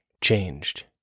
changed